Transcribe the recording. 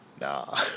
nah